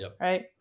right